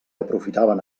aprofitaven